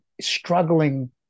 struggling